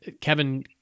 Kevin